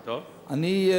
אני,